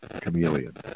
chameleon